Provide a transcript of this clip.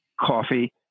coffee